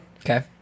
Okay